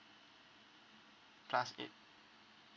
plus eight